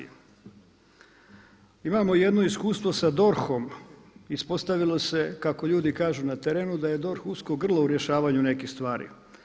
Imamo jedno iskustvo sa DORH-om, ispostavilo se kako ljudi kažu na terenu da je DORH usko grlo u rješavanju nekih stvari.